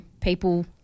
people